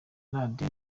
radio